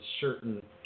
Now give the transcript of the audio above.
certain